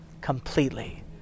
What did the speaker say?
completely